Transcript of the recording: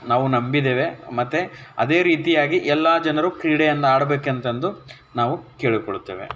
ನಾವು ನಂಬಿದ್ದೇವೆ ಮತ್ತು ಅದೇ ರೀತಿಯಾಗಿ ಎಲ್ಲ ಜನರು ಕ್ರೀಡೆಯನ್ನು ಆಡ್ಬೇಕಂತಂದು ನಾವು ಕೇಳಿಕೊಳ್ಳುತ್ತೇವೆ